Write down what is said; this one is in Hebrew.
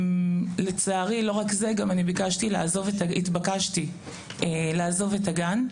לצערי, לא רק זה, התבקשתי לעזוב את הגן.